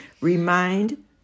Remind